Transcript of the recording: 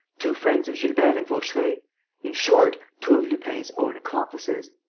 two friends of gilbert and vaucheray in short, two of lupin's own accomplices.